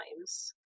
times